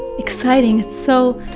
exciting, it's so,